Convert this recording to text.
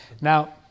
Now